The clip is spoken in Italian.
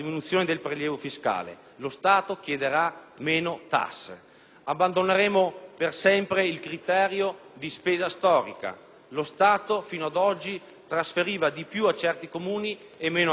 Abbandoneremo per sempre il criterio della spesa storica: lo Stato, fino a oggi, trasferiva di più a certi Comuni e meno ad altri; introdurremo invece il criterio dei costi standard: